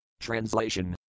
Translation